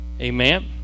Amen